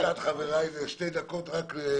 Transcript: רק לשתי דקות.